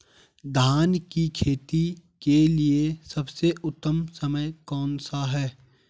धान की खेती के लिए सबसे उत्तम समय कौनसा है?